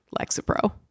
Lexapro